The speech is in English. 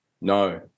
no